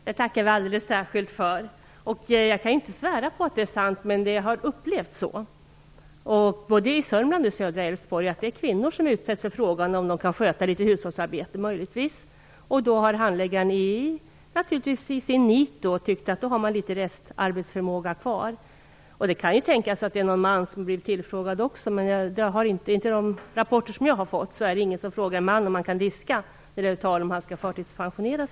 Herr talman! Det tackar vi alldeles särskilt för. Jag kan inte svära på att det är sant. Men det har upplevts så. Både i Sörmland och i södra Älvsborg är det kvinnor som utsätts för frågan om de möjligtvis kan sköta litet hushållsarbete. Kan de det har handläggaren i sin nit tyckt att de har litet restarbetsförmåga kvar. Det kan tänkas att det är någon man som har blivit tillfrågad också, men enligt de rapporter jag har fått är det ingen som frågar en man om han kan diska när det är tal om att han skall förtidspensioneras.